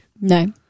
No